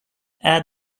add